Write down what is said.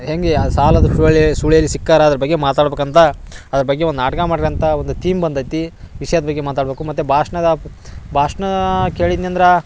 ಹೇಗೆ ಆ ಸಾಲದ ಸೂಳೆ ಸುಳಿಯಲ್ಲಿ ಸಿಕ್ಕಾರ ಅದ್ರ ಬಗ್ಗೆ ಮಾತಾಡಬೇಕಂತ ಅದ್ರ ಬಗ್ಗೆ ಒಂದು ನಾಟಕ ಮಾಡ್ರಂತ ಒಂದು ಥೀಮ್ ಬಂದೈತಿ ವಿಷ್ಯದ ಬಗ್ಗೆ ಮಾತಾಡ್ಬಕು ಮತ್ತು ಭಾಷ್ಣದ ಭಾಷಣ ಕೇಳಿದ್ನ್ಯಂದ್ರಾ